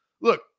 look